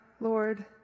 Lord